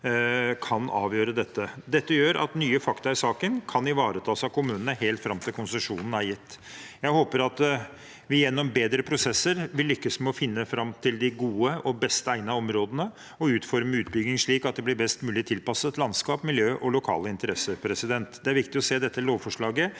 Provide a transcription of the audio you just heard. kan avgjøre dette. Dette gjør at nye fakta i saken kan ivaretas av kommunene helt fram til konsesjonen er gitt. Jeg håper at vi gjennom bedre prosesser vil lykkes med å finne fram til de gode og best egnede områdene til å utforme utbygging, slik at det blir best mulig tilpasset landskap, miljø og lokale interesser. Det er viktig å se dette lovforslaget